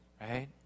right